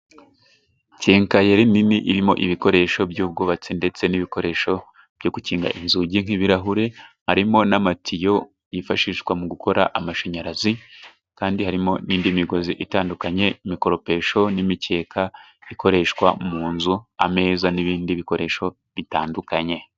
Kenkayeri nini irimo ibikoresho by'ubwubatsi ndetse n'ibikoresho byo gukinga inzugi nk'ibirahure, harimo n'amatiyo yifashishwa mu gukora amashanyarazi, kandi harimo n'indi migozi itandukanye. Imikoropesho n'imikeka ikoreshwa mu nzu, ameza n'ibindi bikoresho bitandukanye.